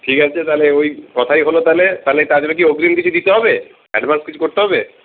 ঠিক আছে তাহলে ওই কথাই হল তাহলে তাহলে তার জন্য কি অগ্রিম কিছু দিতে হবে অ্যাডভান্স কিছু করতে হবে